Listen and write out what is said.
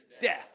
death